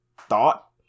thought